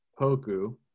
Poku